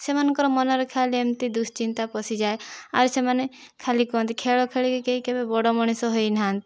ସେମାନଙ୍କ ମନରେ ଖାଲି ଏମିତି ଦୁଶ୍ଚିନ୍ତା ପଶିଯାଏ ଆଉ ସେମାନେ ଖାଲି କୁହନ୍ତି ଖେଳ ଖେଳିକି ଖାଲି କେହି ବଡ଼ ମଣିଷ ହୋଇନାହାନ୍ତି